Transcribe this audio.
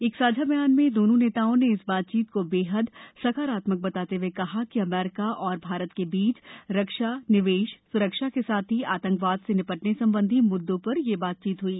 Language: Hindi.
एक साझा बयान में दोनों नेताओं ने इस बातचीत को बेहद सकारात्मक बताते हुए कहा कि अमेरिका और भारत के बीच रक्षा निवेश सुरक्षा के साथ ही आतंकवाद से निपटने संबंधी मुद्दों पर यह बातचीत हुई